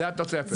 זו התוספת.